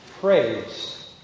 Praise